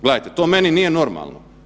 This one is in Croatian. Gledajte to meni nije normalno.